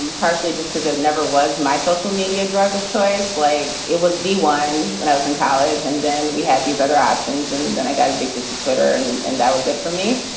um partially just because it never was my social media drug of choice, like it was the one when i was in college and then we had these other options and then i got addicted to twitter and and that was it for me.